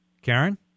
Karen